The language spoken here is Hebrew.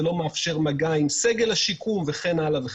זה לא מאפשר מגע עם סגל השיקום וכן הלאה.